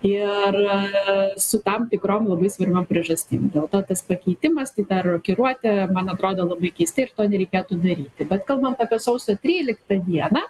ir su tam tikrom labai svarbiom priežastim dėl to tas pakeitimas taip per rokiruotę man atrodo labai keistai ir to nereikėtų daryti bet kalbant apie sausio tryliktą dieną